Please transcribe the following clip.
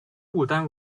不丹